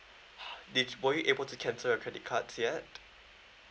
did were you able to cancel your credit cards yet